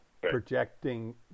projecting